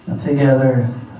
together